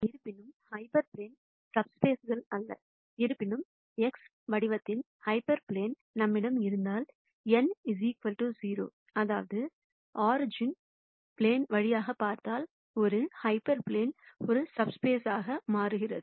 இருப்பினும் hyperplane சப்ஸ்பேஸ்கள் அல்ல இருப்பினும் எக்ஸ் வடிவத்தின் ஹைப்பர் பிளேன் நம்மிடம் இருந்தால் n 0 அதாவது ப்ளேன்ஐ ஒரிஜின் வழியாகச் பார்த்தால் ஒரு ஹைப்பர் பிளேன் ஒரு சப்ஸ்பேஸ் ஆக மாறுகிறது